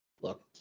look